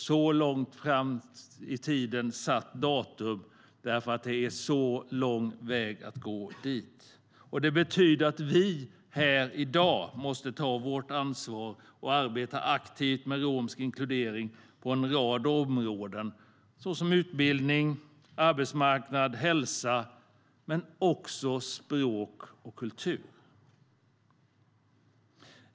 Så långt fram i tiden är datumet satt, för det är en så lång väg att gå dit. Detta betyder att vi här i dag måste ta vårt ansvar och arbeta aktivt med romsk inkludering på en rad områden såsom utbildning, arbetsmarknad, hälsa och också språk och kultur.